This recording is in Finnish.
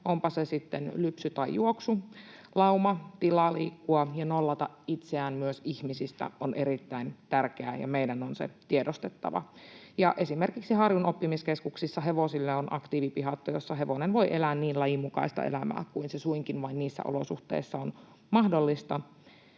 onpa se sitten lypsy tai juoksu, lauma, niin että on tilaa liikkua ja voi nollata itseään myös ihmisistä. Tämä on erittäin tärkeää, ja meidän on se tiedostettava. Esimerkiksi Harjun oppimiskeskuksessa hevosille on aktiivipihatto, jossa hevonen voi elää niin lajinmukaista elämää kuin se suinkin vain niissä olosuhteissa on mahdollista,